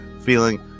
feeling